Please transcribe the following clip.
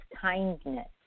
kindness